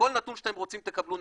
כל נתון שאתם רוצים תקבלו,